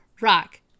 rock